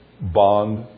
bond